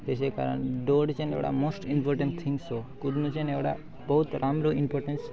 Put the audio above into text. त्यसै कारण दौड चाहिँ एउटा मस्ट इम्पोर्टेन्ट थिङ्गस हो कुद्नु चाहिँ एउटा बहुत राम्रो इम्पोर्टेन्स